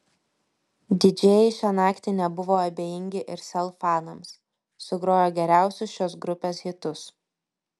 didžėjai šią naktį nebuvo abejingi ir sel fanams sugrojo geriausius šios grupės hitus